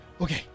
Okay